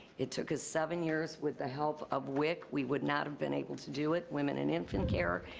it took us seven years with the help of wic. we would not have been able to do it, women and infant care,